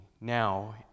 now